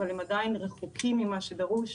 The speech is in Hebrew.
אבל הן עדיין רחוקות ממה שדרוש.